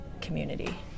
community